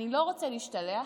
אני לא רוצה להשתלח,